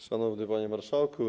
Szanowny Panie Marszałku!